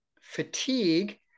fatigue